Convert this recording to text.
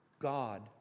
God